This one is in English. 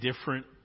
different